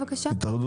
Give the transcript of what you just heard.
להתייחס